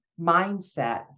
mindset